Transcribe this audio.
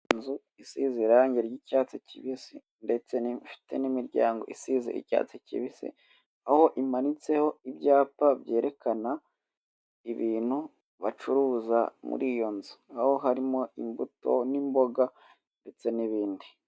Inzu isize irange ry'icyatsi kibisi ndetse ifite n'imiryango isize icyatsi kibisi, aho imanitseho ibyapa byerekana ibintu bacuruza muri iyo nzu, aho harimo imbuto, n'imboga ndetse n'ibindi.